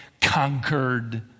conquered